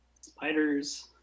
spiders